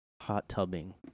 Hot-tubbing